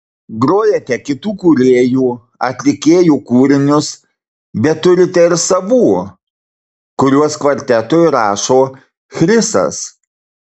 grojate kitų kūrėjų atlikėjų kūrinius bet turite ir savų kuriuos kvartetui rašo chrisas